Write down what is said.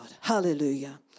Hallelujah